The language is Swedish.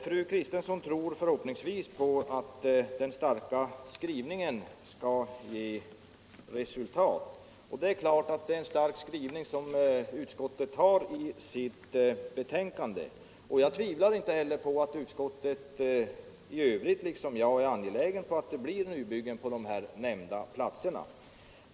Fru Kristensson tror förhoppningsvis att skrivningen skall ge resultat, och det är klart att det är en stark skrivning som utskottet har i sitt betänkande. Jag tvivlar inte heller på att utskottet i övrigt liksom jag finner det angeläget med nybyggen på de nämnda platserna.